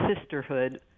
sisterhood